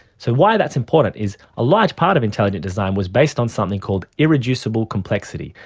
so why that's important is a large part of intelligent design was based on something called irreducible complexity,